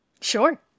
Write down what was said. Sure